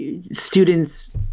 students